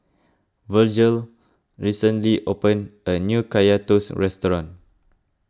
Virgel recently opened a new Kaya Toast restaurant